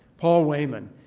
paul wehman.